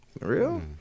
real